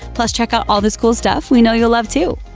plus check out all this cool stuff we know you'll love, too!